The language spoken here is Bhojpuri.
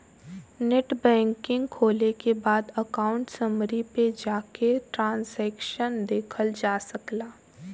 नेटबैंकिंग खोले के बाद अकाउंट समरी पे जाके ट्रांसैक्शन देखल जा सकला